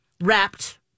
wrapped